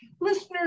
Listeners